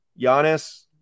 Giannis